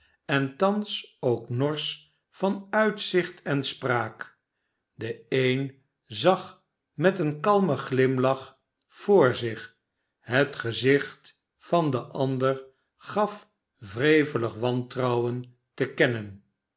en thahs ook norsch van uitzicht en spraak de een zag met een kal men glimlach voor zich het gezicht van den ander gaf wrevelig wantrouwen te kennen